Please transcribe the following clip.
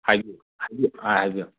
ꯍꯥꯏꯕꯤꯌꯨ ꯍꯥꯏꯕꯤꯌꯨ